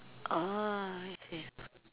uh I see